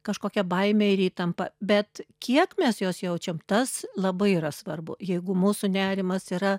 kažkokią baimę ir įtampą bet kiek mes jos jaučiam tas labai yra svarbu jeigu mūsų nerimas yra